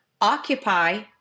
Occupy